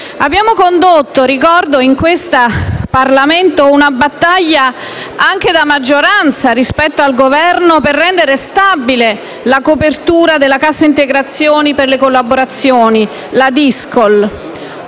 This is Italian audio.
abbiamo condotto in questo Parlamento una battaglia, anche della maggioranza rispetto al Governo, per rendere stabile la copertura della cassa integrazione per le collaborazioni, la Dis-Coll.